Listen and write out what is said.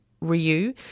Ryu